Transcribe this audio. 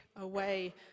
away